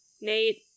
Nate